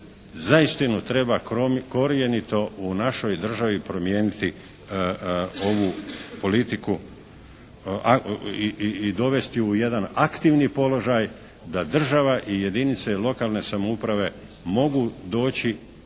zaistinu treba korjenito u našoj državi promijeniti ovu politiku i dovesti u jedan aktivni položaj da država i jedinice lokalne samouprave mogu doći